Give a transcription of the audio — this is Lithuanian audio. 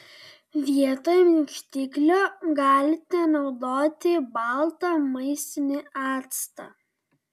vietoj minkštiklio galite naudoti baltą maistinį actą